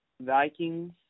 Vikings